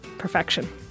perfection